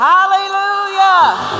Hallelujah